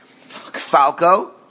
Falco